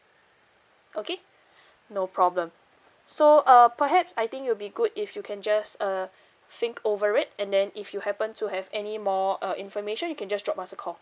okay no problem so uh perhaps I think it'll be good if you can just uh think over it and then if you happen to have anymore uh information you can just drop us a call